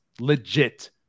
legit